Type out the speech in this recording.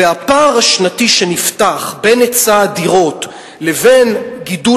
והפער השנתי שנפתח בין היצע הדירות לבין גידול